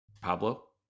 Pablo